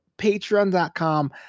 patreon.com